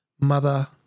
mother